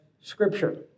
scripture